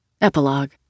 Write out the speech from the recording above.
Epilogue